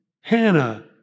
Hannah